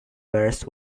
whereas